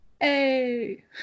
Hey